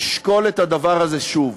לשקול את הדבר הזה שוב.